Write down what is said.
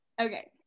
Okay